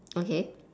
okay